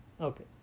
okay